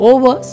Over